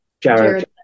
Jared